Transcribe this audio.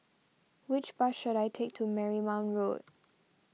which bus should I take to Marymount Road